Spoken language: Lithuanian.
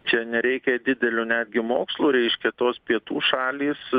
čia nereikia didelio netgi mokslų reiškia tos pietų šalys